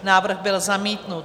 Návrh byl zamítnut.